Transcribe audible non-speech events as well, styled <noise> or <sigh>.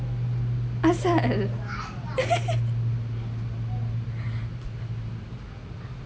apa pasal <laughs>